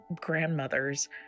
grandmother's